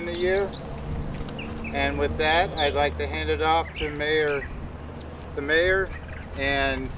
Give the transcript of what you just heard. in the year and with that i'd like to hand it off to mayor the mayor and